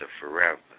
forever